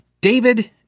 David